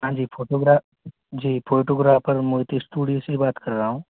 हाँ जी फ़ोटोग्राफ़ जी फ़ोटोग्राफ़र मूर्ति स्टूडियो से बात कर रहा हूँ